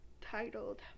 titled